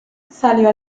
salió